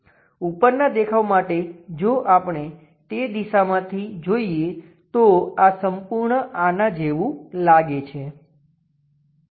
ઉપરનાં દેખાવ માટે જો આપણે તે દિશામાંથી જોઈએ તો આ સંપૂર્ણ આના જેવું લાગે છે